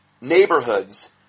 neighborhoods